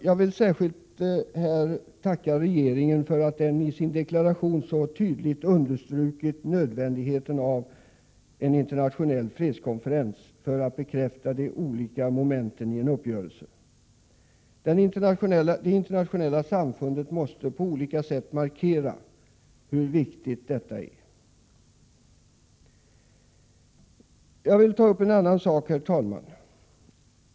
Jag vill här särskilt tacka regeringen för att den i sin deklaration så tydligt understrukit nödvändigheten av en internationell fredskonferens för att bekräfta de olika momenten i en uppgörelse. Det internationella samfundet måste på olika sätt markera hur viktigt detta är. Jag vill ta upp en annan sak, herr talman.